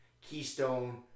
Keystone